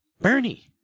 Bernie